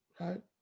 right